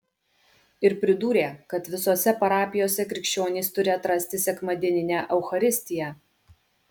ir pridūrė kad visose parapijose krikščionys turi atrasti sekmadieninę eucharistiją